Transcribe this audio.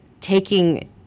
taking